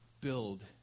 build